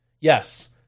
Yes